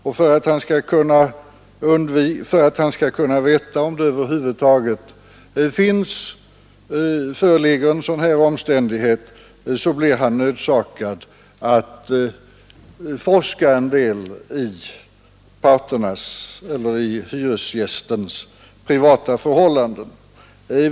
Och för att han skall kunna veta om det över huvud taget föreligger sådana omständigheter blir han nödsakad att forska en del i hyresgästens privata förhållanden.